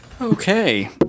Okay